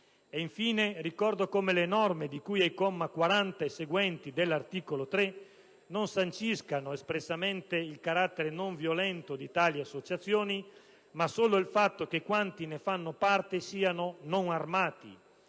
Infine, ricordo come le norme di cui ai commi 40 e seguenti dell'articolo 3 non sanciscano espressamente il carattere non violento di tali associazioni ma solo il fatto che quanti ne fanno parte non siano armati.